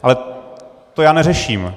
Ale to já neřeším.